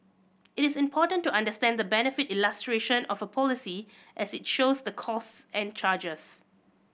it is important to understand the benefit illustration of a policy as it shows the costs and charges